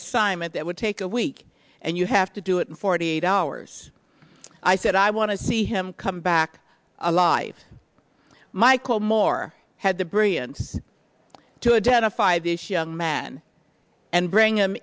assignment that would take a week and you have to do it in forty eight hours i said i want to see him come back alive michael moore had the brilliance to identify this young man and bring